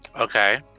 Okay